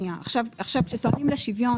כשטוענים לשוויון,